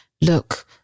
look